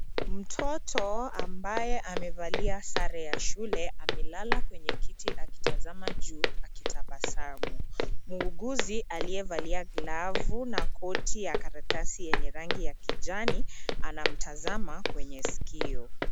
Mtoto ambaye amevalia sare ya shule amelala kwenye kiti akitazama juu akitabasamu. Muuguzi aliyevalia glavu na koti ya karatasi yenye ya rangi ya kijani anamtazama kwenye sikio.